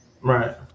Right